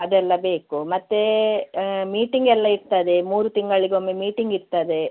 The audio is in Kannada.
ಅದೆಲ್ಲ ಬೇಕು ಮತ್ತು ಮೀಟಿಂಗೆಲ್ಲ ಇರ್ತದೆ ಮೂರು ತಿಂಗಳಿಗೊಮ್ಮೆ ಮೀಟಿಂಗ್ ಇರ್ತದೆ